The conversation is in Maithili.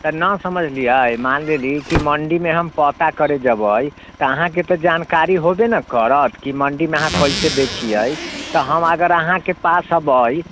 तऽ नहि समझलियै मानि लेलीह कि मण्डीमे हम पता करै जेबै तऽ अहाँके तऽ जानकारी होबे ने करत कि अहाँ मण्डीमे कैसे दै छियै तऽ हम अगर अहाँके पास एबै